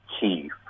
chief